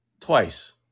twice